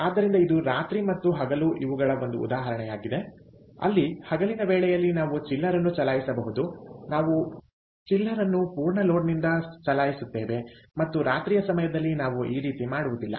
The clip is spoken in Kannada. ಆದ್ದರಿಂದ ಇದು ರಾತ್ರಿ ಮತ್ತು ಹಗಲು ಇವುಗಳ ಒಂದು ಉದಾಹರಣೆಯಾಗಿದೆ ಅಲ್ಲಿ ಹಗಲಿನ ವೇಳೆಯಲ್ಲಿ ನಾವು ಚಿಲ್ಲರ್ ಅನ್ನು ಚಲಾಯಿಸಬಹುದು ನಾವು ಚಿಲ್ಲರ್ ಅನ್ನು ಪೂರ್ಣ ಲೋಡ್ ನಿಂದ ಚಲಾಯಿಸುತ್ತೇವೆ ಮತ್ತು ರಾತ್ರಿಯ ಸಮಯದಲ್ಲಿ ನಾವು ಈ ರೀತಿ ಮಾಡುವುದಿಲ್ಲ